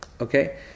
Okay